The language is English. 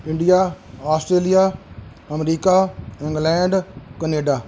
India Australia America England Canada